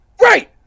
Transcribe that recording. right